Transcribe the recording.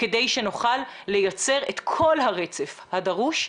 כדי שנוכל לייצר את כל הרצף הדרוש,